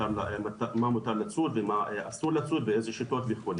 מה מותר לצוד ומה אסור לצוד ואיזה שיטות וכו'.